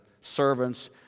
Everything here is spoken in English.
servants